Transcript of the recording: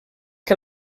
que